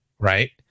right